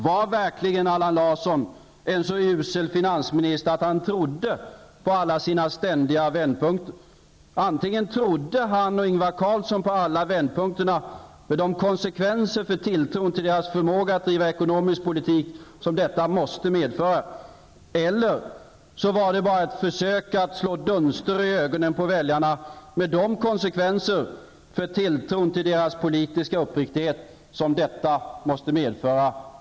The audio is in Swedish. Var verkligen Allan Larsson en så usel finansminister att han trodde på alla sina ständiga vändpunkter? Trodde han och Ingvar Carlsson på alla vändpunkterna, med de konsekvenser för tilltron till deras förmåga att driva ekonomisk politik som detta måste medföra, eller var det bara ett försök att slå dunster i ögonen på väljarna, med de konsekvenser för tilltron till socialdemokraternas politiska uppriktighet som detta måste medföra?